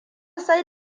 sai